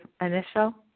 initial